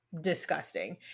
disgusting